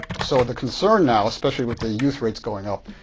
so the concern now, especially with the youth rates going up,